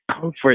comfort